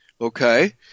Okay